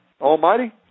Almighty